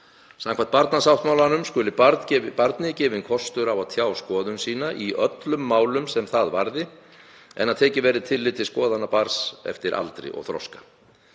Samkvæmt barnasáttmálanum skuli barni gefinn kostur á að tjá skoðun sína í öllum málum sem það varði, en að tekið verði tillit til skoðana barns eftir aldri og þroska.